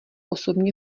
osobně